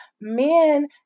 men